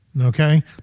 Okay